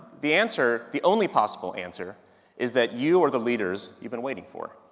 the answer, the only possible answer is that you are the leaders you've been waiting for.